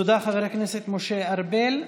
תודה, חבר הכנסת משה ארבל.